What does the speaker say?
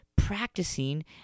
practicing